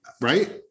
right